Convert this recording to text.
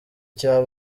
cya